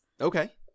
Okay